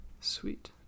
Sweet